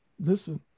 listen